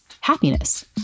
happiness